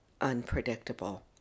unpredictable